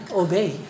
obey